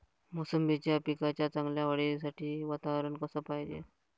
मोसंबीच्या पिकाच्या चांगल्या वाढीसाठी वातावरन कस पायजे?